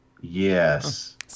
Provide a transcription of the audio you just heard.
Yes